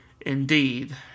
indeed